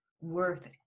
worth